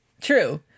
True